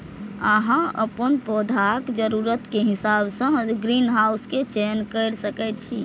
अहां अपन पौधाक जरूरत के हिसाब सं ग्रीनहाउस के चयन कैर सकै छी